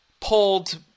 pulled